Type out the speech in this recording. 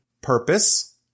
purpose